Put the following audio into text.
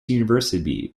university